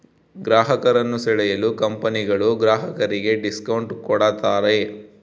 ಗ್ರಾಹಕರನ್ನು ಸೆಳೆಯಲು ಕಂಪನಿಗಳು ಗ್ರಾಹಕರಿಗೆ ಡಿಸ್ಕೌಂಟ್ ಕೂಡತಾರೆ